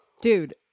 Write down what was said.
dude